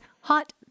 hot